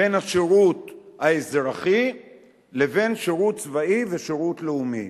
בין השירות האזרחי לבין שירות צבאי ושירות לאומי.